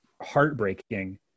heartbreaking